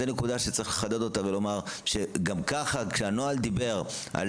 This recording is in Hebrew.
זו נקודה שצריך לחדד ולומר שכשהנוהל דיבר על